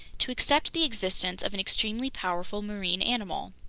to accept the existence of an extremely powerful marine animal.